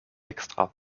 extra